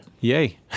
Yay